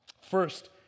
First